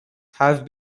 have